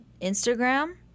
Instagram